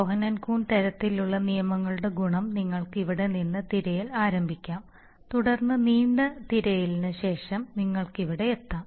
Cohen Coon തരത്തിലുള്ള നിയമങ്ങളുടെ ഗുണം നിങ്ങൾക്ക് ഇവിടെ നിന്ന് തിരയൽ ആരംഭിക്കാം തുടർന്ന് നീണ്ട തിരയലിന് ശേഷം നിങ്ങൾക്ക് ഇവിടെയെത്താം